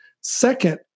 Second